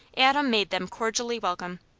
adam made them cordially welcome.